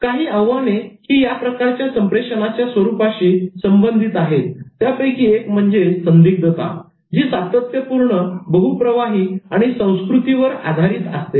काही आव्हाने ही या प्रकारच्या संप्रेषणच्या स्वरूपाशीगुणधर्मांशी संबंधित आहेत त्यापैकी एक म्हणजे संदिग्धता जी सातत्यपूर्ण बहू प्रवाही आणि संस्कृती आधारित असते